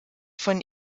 von